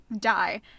die